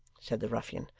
said the ruffian,